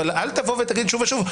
אבל אל תבוא ותגיד שוב ושוב,